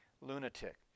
lunatic